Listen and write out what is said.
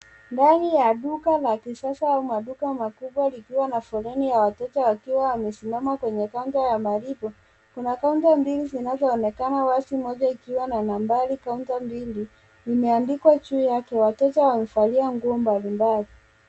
Ndani ya duka la kisasa au maduka makubwa likiwa na foleni ya watoto wakiwa wamesimama kwenye kaunta ya malipo. Kuna kaunta mbili zinazoonekana wazi moja ikiwa na nambari kaunta mbili imeandikwa juu yake. Watoto wamevalia nguo mbalimbali.